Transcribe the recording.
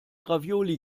ravioli